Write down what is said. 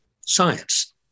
science